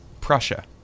Prussia